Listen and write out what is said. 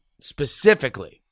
specifically